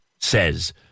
says